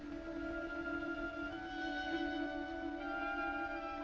oh